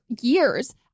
years